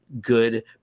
Good